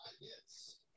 yes